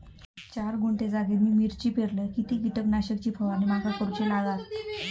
चार गुंठे जागेत मी मिरची पेरलय किती कीटक नाशक ची फवारणी माका करूची लागात?